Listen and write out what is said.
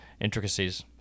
intricacies